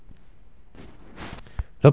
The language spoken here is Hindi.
किंगफिशर कंपनी दिवालियापन की कगार पर आ गई थी